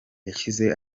yashyize